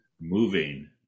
moving